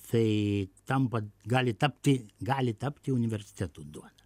tai tampa gali tapti gali tapti universitetų duona